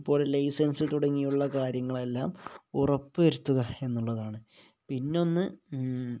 അതുപോലെ ലൈസൻസ് തുടങ്ങിയുള്ള കാര്യങ്ങളെല്ലാം ഉറപ്പ് വരുത്തുക എന്നുള്ളതാണ് പിന്നൊന്ന്